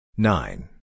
Nine